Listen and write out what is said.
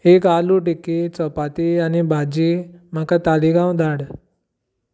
एक आलु टिक्की चपाती आनी भाजी म्हाका तालिगांव धाड